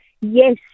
Yes